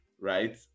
right